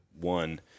one